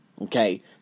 okay